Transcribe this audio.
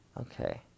Okay